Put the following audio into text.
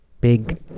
big